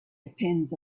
depends